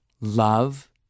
love